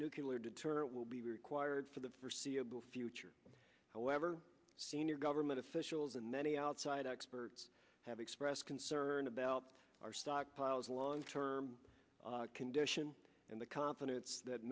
nuclear deterrent will be required for the forseeable future however senior government officials and many outside experts have expressed concern about our stockpiles long term condition and the confidence that